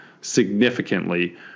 significantly